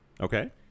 Okay